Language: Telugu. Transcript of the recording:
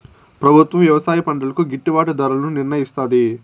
ప్రభుత్వం వ్యవసాయ పంటలకు గిట్టుభాటు ధరలను నిర్ణయిస్తాది